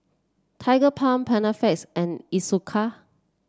Tigerbalm Panaflex and Isocal